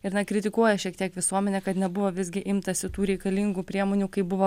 ir na kritikuoja šiek tiek visuomenė kad nebuvo visgi imtasi tų reikalingų priemonių kaip buvo